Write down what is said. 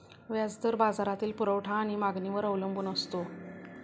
व्याज दर बाजारातील पुरवठा आणि मागणीवर अवलंबून असतो